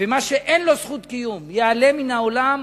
ומה שאין לו זכות קיום ייעלם מן העולם,